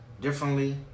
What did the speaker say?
differently